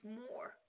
more